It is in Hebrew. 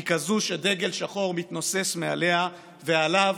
היא כזאת שדגל שחור מתנוסס מעליה ועליו